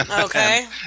Okay